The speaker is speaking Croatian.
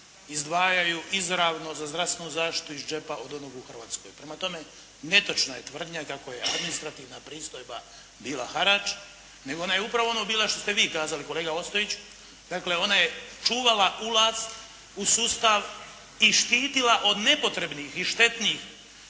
izdvajaju izravno za zdravstvenu zaštitu iz džepa od onog u Hrvatskoj. Prema tome, netočna je tvrdnja kako je administrativna pristojba bila harača, nego je ona upravo ono bila što ste vi kazali kolega Ostojić, dakle ona je čuvala ulaz u sustav i štitila od nepotrebnih i štetnih